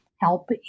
help